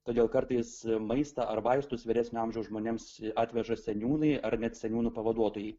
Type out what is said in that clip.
todėl kartais maistą ar vaistus vyresnio amžiaus žmonėms atveža seniūnai ar net seniūnų pavaduotojai